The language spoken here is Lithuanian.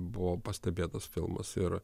buvo pastebėtas filmas ir